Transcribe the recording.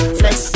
flex